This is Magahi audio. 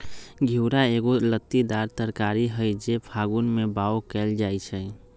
घिउरा एगो लत्तीदार तरकारी हई जे फागुन में बाओ कएल जाइ छइ